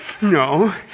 No